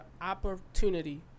Opportunity